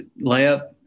layup